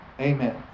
Amen